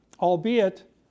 Albeit